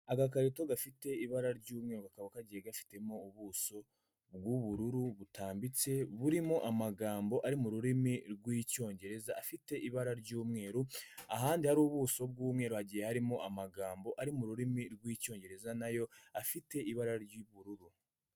Agakayoto gafite ibara ry'umweru kakaba kagiye gafitemo ubuso bw'ubururu butambitse burimo amagambo ari mu rurimi rw'Icyongereza afite ibara ry'umweru, ahandi hari ubuso bw'umweru hagiye harimo amagambo ari mu rurimi rw'Icyongereza na yo afite ibara ry'ubururu.